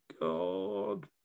God